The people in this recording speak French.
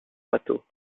bateau